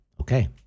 Okay